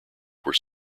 were